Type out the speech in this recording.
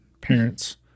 parents